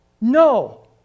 no